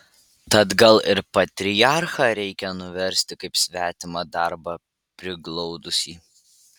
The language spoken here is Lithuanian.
tad gal ir patriarchą reikia nuversti kaip svetimą darbą priglaudusį